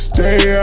Stay